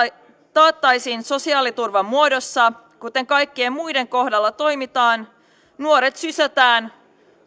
taattaisiin sosiaaliturvan muodossa kuten kaikkien muiden kohdalla toimitaan nuoret sysätään